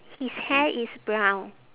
his hair is brown